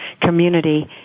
community